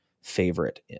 favorite